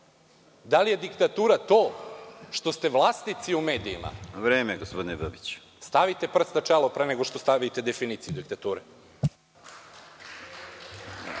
Da li je diktatura to što ste vlasnici u medijima? Stavite prst na čelo pre nego što stavite definiciju diktature.